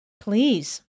Please